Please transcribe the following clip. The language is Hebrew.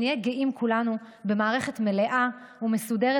שנהיה גאים כולנו במערכת מלאה ומסודרת